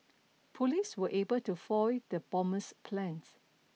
police were able to foil the bomber's plans